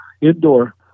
indoor